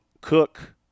Cook